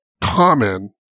Common